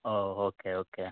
O okay okay